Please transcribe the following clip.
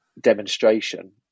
demonstration